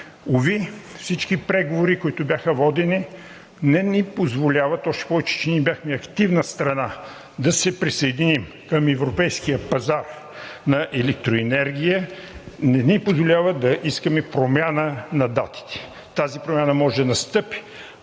уви всички преговори, които бяха водени, още повече че ние бяхме активна страна да се присъединим към Европейския пазар на електроенергия, не ни позволяват да искаме промяна на датите. Тази промяна може да настъпи,